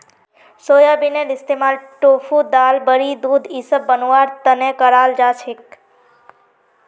सोयाबीनेर इस्तमाल टोफू दाल बड़ी दूध इसब बनव्वार तने कराल जा छेक